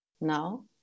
Now